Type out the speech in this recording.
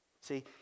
see